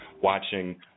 Watching